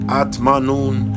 atmanun